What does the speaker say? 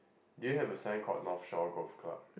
do you have a sign code north show golf club